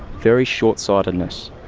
very short sightedness.